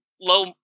low